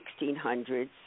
1600s